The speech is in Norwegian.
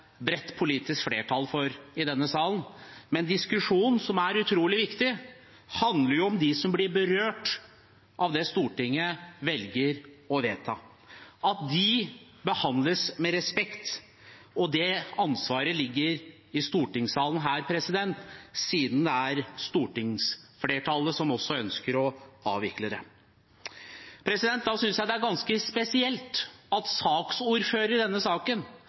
bredt politisk flertall for i denne sal. Men den diskusjonen som er utrolig viktig, handler om dem som blir berørt av det Stortinget velger å vedta – at de behandles med respekt. Og det ansvaret ligger her i stortingssalen, siden det også er stortingsflertallet som ønsker å avvikle det. Da synes jeg det er ganske spesielt at ordføreren i denne saken,